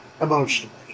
emotionally